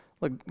Look